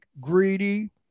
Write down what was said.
greedy